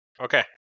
Okay